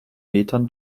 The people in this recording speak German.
metern